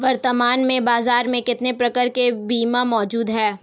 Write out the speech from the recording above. वर्तमान में बाज़ार में कितने प्रकार के बीमा मौजूद हैं?